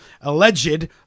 alleged